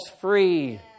free